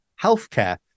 healthcare